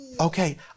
Okay